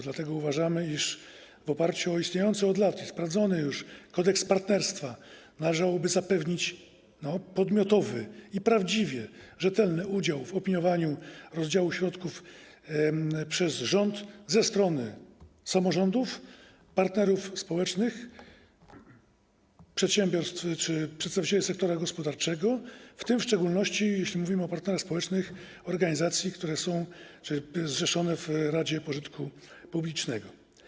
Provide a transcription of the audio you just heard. Dlatego uważamy, iż w oparciu o istniejący od lat i sprawdzony już kodeks partnerstwa należałoby zapewnić podmiotowy i prawdziwie rzetelny udział w opiniowaniu rozdziału środków przez rząd ze strony samorządów, partnerów społecznych, przedsiębiorstw czy przedstawicieli sektora gospodarczego, w tym w szczególności - jeśli mówimy o partnerach społecznych - organizacji, które są zrzeszone w radzie pożytku publicznego.